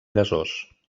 gasós